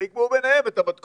והם יקבעו ביניהם את המתכונת.